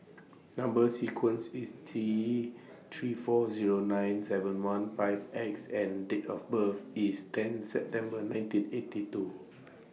Number sequence IS T three four Zero nine seven one five X and Date of birth IS ten September nineteen eighty two